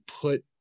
put